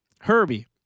Herbie